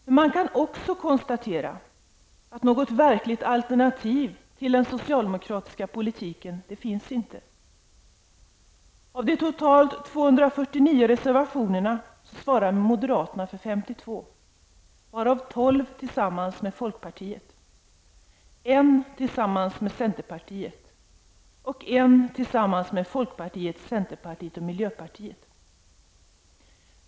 Men man kan också konstatera att det inte finns något verkligt alternativ till den socialdemokratiska politiken. Av de totalt 249 reservationerna svarar moderaterna för 52 stycken, varav man har tolv tillsammans med folkpartiet, en tillsammans med centerpartiet och en tillsammans med folkpartiet, centerpartiet och miljöpartiet.